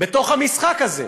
במשחק הזה.